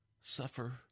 suffer